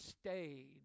stayed